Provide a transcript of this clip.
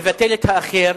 מבטל את האחר,